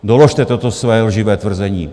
Doložte toto své lživé tvrzení.